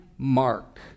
Mark